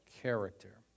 character